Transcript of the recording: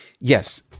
yes